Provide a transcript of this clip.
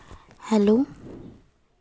hello